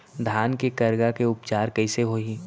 धान के करगा के उपचार कइसे होही?